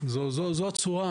זו הצורה,